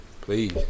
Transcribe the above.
Please